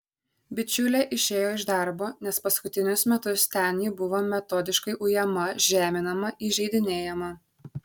bičiulė išėjo iš darbo nes paskutinius metus ten ji buvo metodiškai ujama žeminama įžeidinėjama